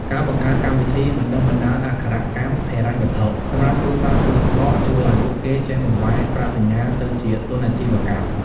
ការបង្កើតកម្មវិធី "បណ្ដុះបណ្ដាលអក្ខរកម្មហិរញ្ញវត្ថុ" សម្រាប់គ្រួសារពលករ ជួយឱ្យពួកគេចេះបង្វែរប្រាក់បញ្ញើទៅជាទុនអាជីវកម្ម។